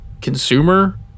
consumer